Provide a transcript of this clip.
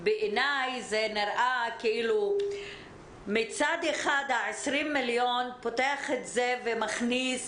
בעיני זה נראה מצד אחד ה-20 מיליון פותח את זה ומכניס